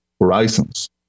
horizons